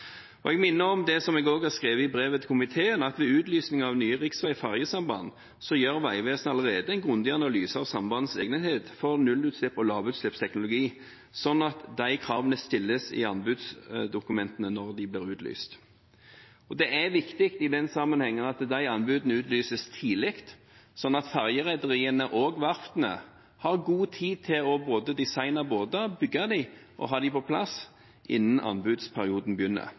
Jeg minner om det jeg også har skrevet i brevet til komiteen, at ved utlysning av nye riksvei- og fergesamband gjør Vegvesenet allerede en grundig analyse av sambandets egnethet for nullutslipps- og lavutslippsteknologi, sånn at de kravene stilles i anbudsdokumentene når de blir utlyst. Det er viktig i den sammenheng at anbudene utlyses tidlig, sånn at fergerederiene og verftene har god tid til både å designe båtene og bygge dem og å ha dem på plass innen anbudsperioden begynner.